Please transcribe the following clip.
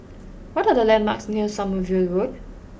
what are the landmarks near Sommerville Road